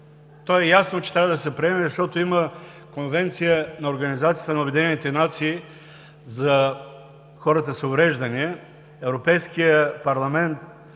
То е ясно, че ще трябва да се приеме, защото има Конвенция на Организацията на обединените нации за хората с увреждания. Европейският парламент,